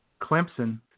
Clemson